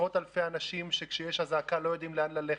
עשרות אלפי אנשים שכשיש אזעקה לא יודעים לאן ללכת,